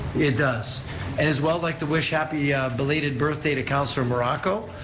it does. and as well like to wish happy belated birthday to councilor morocco,